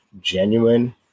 genuine